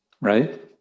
Right